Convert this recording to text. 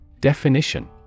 Definition